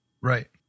Right